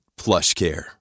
PlushCare